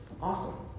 Awesome